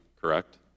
correct